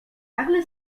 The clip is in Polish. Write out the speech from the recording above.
nagle